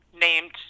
named